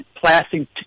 plastic